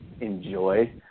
enjoy